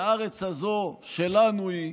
והארץ הזו שלנו היא,